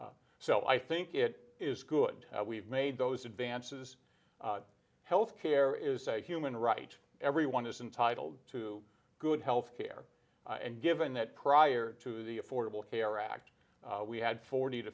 so i think it is good we've made those advances health care is a human right everyone is entitled to good health care and given that prior to the affordable care act we had forty to